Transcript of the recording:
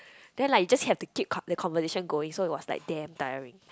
then like just have to keep con~ the conversation going so it was like damn tiring